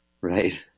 Right